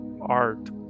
art